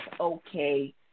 okay